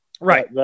Right